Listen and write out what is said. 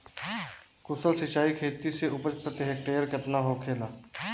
कुशल सिंचाई खेती से उपज प्रति हेक्टेयर केतना होखेला?